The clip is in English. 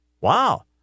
Wow